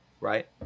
right